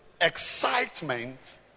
Excitement